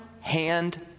hand